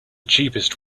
cheapest